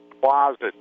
closet